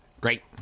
Great